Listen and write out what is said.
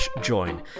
join